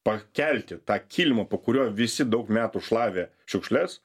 pakelti tą kilimą po kurio visi daug metų šlavė šiukšles